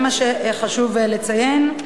זה מה שחשוב לציין.